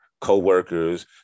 Co-workers